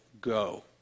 go